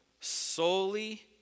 solely